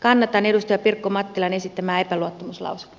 kannatan edustaja pirkko mattilan esittämää epäluottamuslausetta